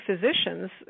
physicians